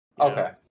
Okay